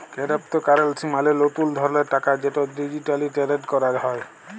কেরেপ্তকারেলসি মালে লতুল ধরলের টাকা যেট ডিজিটালি টেরেড ক্যরা হ্যয়